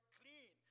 clean